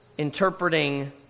interpreting